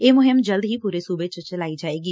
ਇਹ ਮੁਹਿੰਮ ਜਲਦ ਹੀ ਪੂਰੇ ਸੂਬੇ 'ਚ ਚਲਾਈ ਜਾਏਗੀ